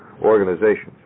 organizations